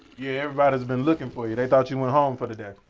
yeah, everybody's been looking for you. they thought you went home for the day.